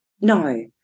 no